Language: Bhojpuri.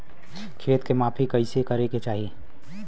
खेत के माफ़ी कईसे करें के चाही?